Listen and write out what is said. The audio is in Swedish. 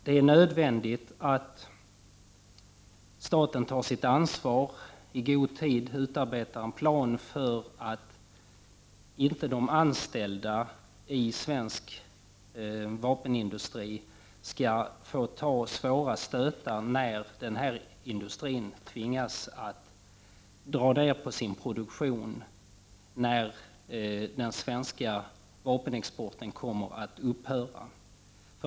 Det är nödvändigt att staten tar sitt ansvar och i god tid utarbetar en plan som ser till att de anställda i svensk vapenindustri inte skall behöva ta svåra stötar när industrin i fråga tvingas dra ner på sin produktion i samband med att den svenska vapenexporten kommer att upphöra.